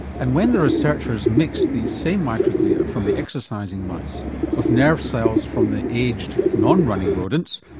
and when the researchers mixed these same microglia from the exercising mice with nerve cells from the aged, non-running rodents,